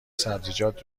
سبزیجات